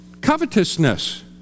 covetousness